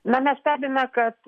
mane stebina kad